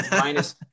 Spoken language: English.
minus